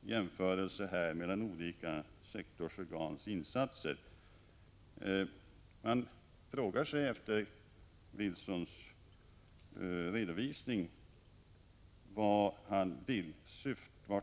jämförelse mellan olika sektorsorgans insatser. Man frågar sig efter Wilsons redovisning vart han syftar.